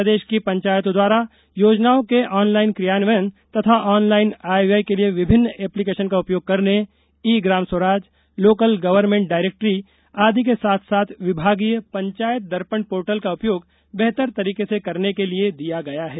प्रदेश की पंचायतों द्वारा योजनाओं के ऑनलाईन क्रियान्वन तथा ऑनलाईन आय व्यय के लिये विभिन्न एप्लीकेशन का उपयोग करने e Gram Swaraj local government directory आदि के साथ साथ विभागीय पंचायत दर्पण पोर्टल का उपयोग बेहतर तरीके से करने के लिए दिया गया है